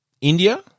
India